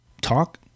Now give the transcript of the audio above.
talk